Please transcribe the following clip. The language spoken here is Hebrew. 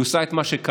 היא עושה את מה שקל.